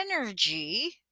energy